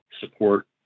support